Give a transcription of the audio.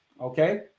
okay